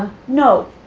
no.